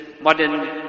modern